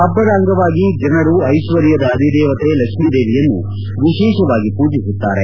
ಹಬ್ಲದ ಅಂಗವಾಗಿ ಜನರು ಐಶ್ವರ್ಯದ ಅಧಿದೇವತೆ ಲಕ್ಷಿದೇವಿಯನ್ನು ವಿಶೇಷವಾಗಿ ಪೂಜಿಸುತ್ತಾರೆ